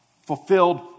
fulfilled